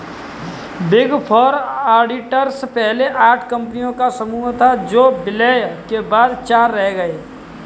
big four auditors पहले आठ कंपनियों का समूह था जो विलय के बाद चार रह गया